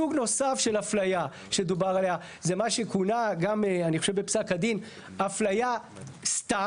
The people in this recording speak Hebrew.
2. מה שכונה גם אני חושב בפסק הדין "אפליה סתם".